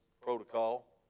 protocol